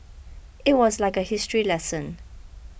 it was like a history lesson